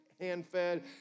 hand-fed